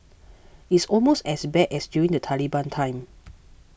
it's almost as bad as during the Taliban time